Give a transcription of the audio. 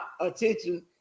attention